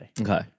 Okay